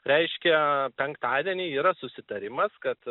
reiškia penktadienį yra susitarimas kad